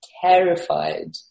terrified